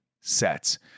sets